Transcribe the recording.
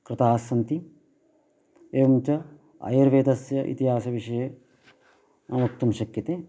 कृताः सन्ति एवञ्च आयुर्वेदस्य इतिहासविषये अहं वक्तुं शक्यते